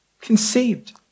conceived